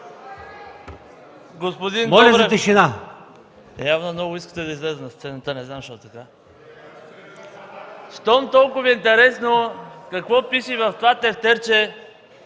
Моля за тишина!